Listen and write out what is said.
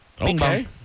Okay